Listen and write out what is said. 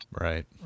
right